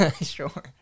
Sure